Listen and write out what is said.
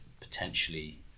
potentially